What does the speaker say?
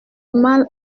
mal